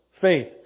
faith